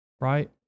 right